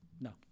No